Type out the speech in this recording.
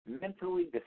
mentally